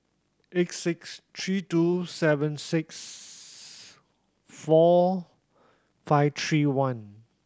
eight six three two seven six four five three one